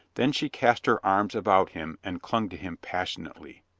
then she cast her arms about him and clung to him pas sionately.